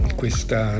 questa